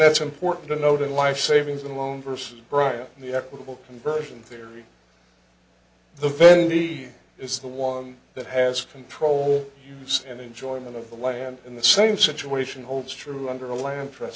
that's important to note in life savings and loan verses bryan the equitable conversion theory the vendee is the one that has control use and enjoyment of the land in the same situation holds true under a land for